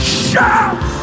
shout